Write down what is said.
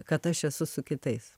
kad aš esu su kitais